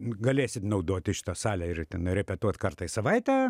galėsit naudoti šitą salę ir ten repetuot kartą į savaitę